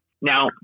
now